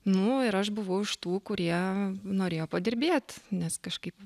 nu ir aš buvau iš tų kurie norėjo padirbėt nes kažkaip